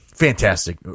Fantastic